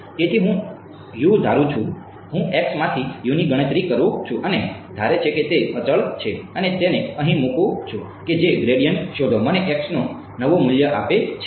તેથી હું ધારું છું હું માંથી ની ગણતરી કરું છું અને ધારે છે કે તે અચળ છે અને તેને અહીં મૂકું છું કે જે ગ્રેડિયન્ટ શોધો મને X નું નવું મૂલ્ય આપે છે